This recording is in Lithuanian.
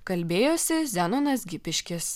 kalbėjosi zenonas gipiškis